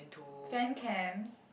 fan cams